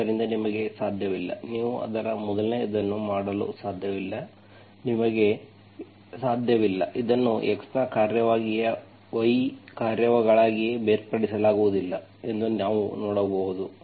ಆದ್ದರಿಂದ ನಿಮಗೆ ಸಾಧ್ಯವಿಲ್ಲ ನೀವು ಅದರ ಮೊದಲನೆಯದನ್ನು ಮಾಡಲು ಸಾಧ್ಯವಿಲ್ಲ ನಿಮಗೆ ಸಾಧ್ಯವಿಲ್ಲ ಇದನ್ನು x ನ ಕಾರ್ಯವಾಗಿ y ಯ ಕಾರ್ಯಗಳಾಗಿ ಬೇರ್ಪಡಿಸಲಾಗುವುದಿಲ್ಲ ಎಂದು ನೀವು ನೋಡಬಹುದು